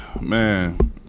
Man